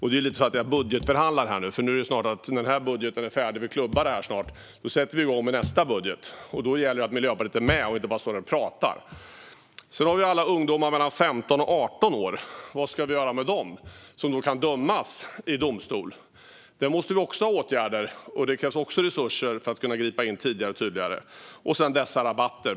Det är lite som att jag budgetförhandlar här nu, för när den här budgeten är färdig och vi har klubbat den sätter vi igång med nästa budget. Då gäller det att Miljöpartiet är med och inte bara står här och pratar. Sedan har vi alla ungdomar mellan 15 och 18 år, som kan dömas i domstol. Vad ska vi göra med dem? Där måste vi också ha åtgärder, och där krävs också resurser för att man ska kunna gripa in tidigare och tydligare. Och så dessa rabatter!